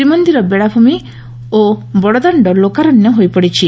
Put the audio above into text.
ଶ୍ରୀମନ୍ଦିର ବେଳାଭ୍ମି ଓ ବଡଦାଣ୍ଡ ଲୋକାରଣ୍ୟ ହୋଇପଡିଛି